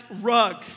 rug